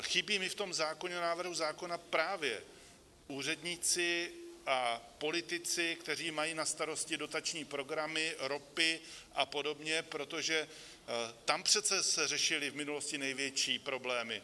chybí mi v tom návrhu zákona právě úředníci a politici, kteří mají na starosti dotační programy, ROPy apod., protože tam přece se řešily v minulosti největší problémy.